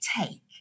take